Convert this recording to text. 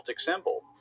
symbol